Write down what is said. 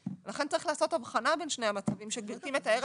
לכן צריך לעשות הבחנה בין שני המצבים שגבירתי מתארת,